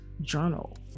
journal